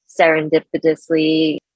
serendipitously